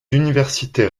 universités